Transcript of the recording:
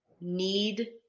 need